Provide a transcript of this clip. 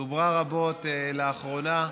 דוברה רבות לאחרונה,